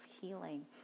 healing